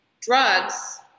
drugs